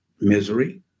misery